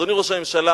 אדוני ראש הממשלה,